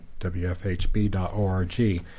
wfhb.org